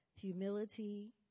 Humility